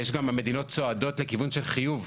ויש גם מדינות שצועדות לכיוון של חיוב,